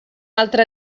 altre